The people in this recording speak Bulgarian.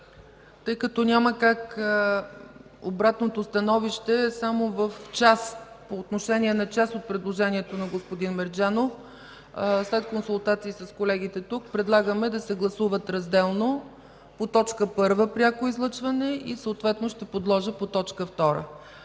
Тъй като няма как, а обратното становище е само по отношение на част от предложението на господин Мерджанов, след консултации с колегите тук предлагаме да се гласуват разделно – по точка първа пряко излъчване, и съответно ще подложа и по точка